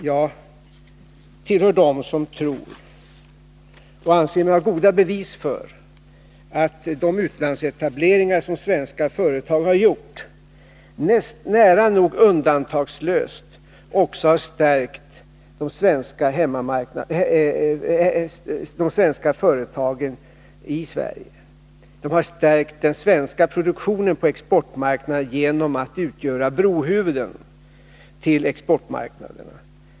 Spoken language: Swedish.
Jag tillhör dem som tror — och jag anser mig ha goda bevis för det — att de utlandsetableringar som svenska företag har gjort nära nog undantagslöst också har stärkt de svenska företagen i Sverige. De har stärkt den svenska produktionen på exportmarknaden genom att utgöra brohuvuden till exportmarknaden.